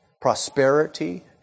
prosperity